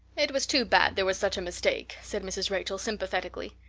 it was too bad there was such a mistake, said mrs. rachel sympathetically.